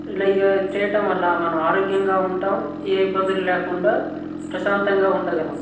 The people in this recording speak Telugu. ఇలా చేయటం వల్ల మన ఆరోగ్యంగా ఉంటాం ఏ ఇబ్బందులు లేకుండా ప్రశాంతంగా ఉండగలం